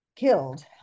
killed